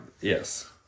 Yes